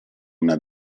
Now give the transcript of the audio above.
una